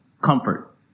comfort